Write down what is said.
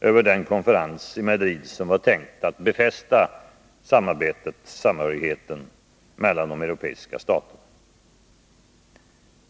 över den konferens i Madrid som skulle befästa samhörigheten mellan de europeiska staterna.